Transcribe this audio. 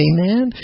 Amen